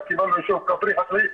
לאור המצוקה הקשה של תושבי הכפרים האלה,